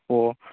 ꯑꯣ